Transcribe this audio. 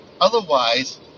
Otherwise